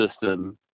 system